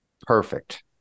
perfect